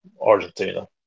Argentina